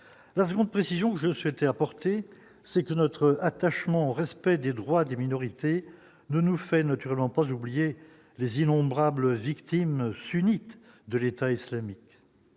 la seconde précision je souhaitais apporter c'est que notre attachement au respect des droits des minorités ne nous fait naturellement pas oublier les innombrables victimes sunnites de l'État islamique,